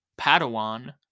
Padawan